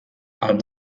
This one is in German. allen